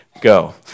go